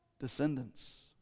descendants